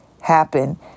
happen